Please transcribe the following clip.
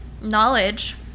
knowledge